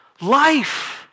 life